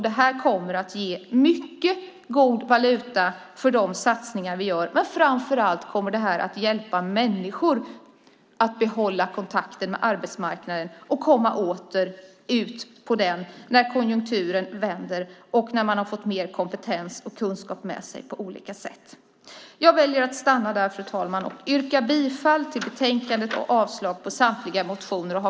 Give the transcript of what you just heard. Det här kommer att ge mycket god valuta för de satsningar vi gör, men framför allt kommer det att hjälpa människor att behålla kontakten med arbetsmarknaden och komma åter ut på den när konjunkturen vänder och när man fått mer kompetens och kunskap med sig. Jag yrkar bifall till förslaget i betänkandet och avslag på samtliga motioner.